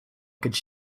could